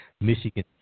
Michigan